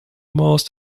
most